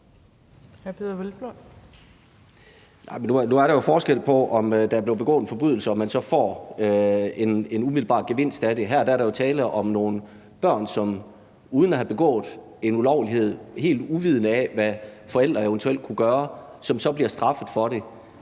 Nu er der jo forskel på, om der er blevet begået en forbrydelse, og om man så får en umiddelbar gevinst af det. Her er der jo tale om nogle børn, som uden at have begået en ulovlighed og helt uvidende om, hvad forældre eventuelt kunne gøre, så bliver straffet for det.